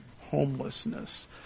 homelessness